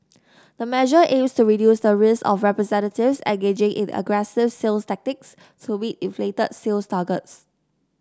the measure aims to reduce the risk of representatives engaging in aggressive sales tactics to meet inflated sales targets